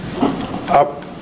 up